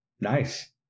Nice